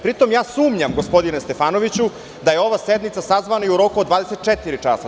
Pri tome, sumnjam gospodine Stefanoviću da je ova sednica sazvana i u roku od 24 časa.